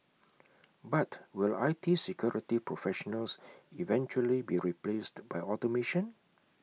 but will I T security professionals eventually be replaced by automation